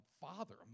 father